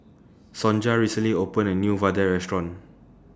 Sonja recently opened A New Vadai Restaurant